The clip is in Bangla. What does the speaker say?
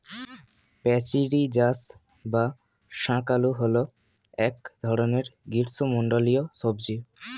প্যাচিরিজাস বা শাঁকালু হল এক ধরনের গ্রীষ্মমণ্ডলীয় সবজি